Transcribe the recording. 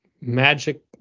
magic